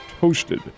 toasted